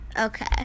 Okay